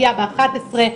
הגיעה באחת עשרה,